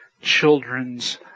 children's